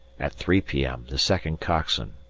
at three p m. the second coxswain,